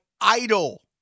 idol